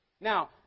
Now